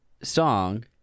song